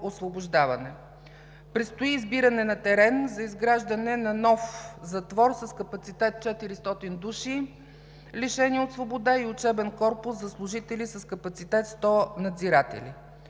Предстои избиране на терен за изграждане на нов затвор с капацитет 400 души лишени от свобода и учебен корпус за служители с капацитет 100 надзиратели.